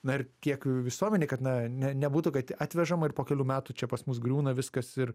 na ir kiek visuomenei kad na ne nebūtų kad atvežama ir po kelių metų čia pas mus griūna viskas ir